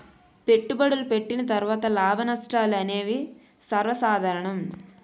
పెట్టుబడులు పెట్టిన తర్వాత లాభనష్టాలు అనేవి సర్వసాధారణం